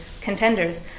contenders